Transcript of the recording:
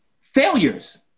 failures